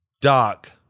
Doc